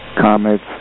comets